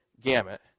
gamut